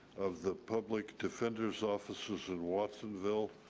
of the public defenders offices in watsonville.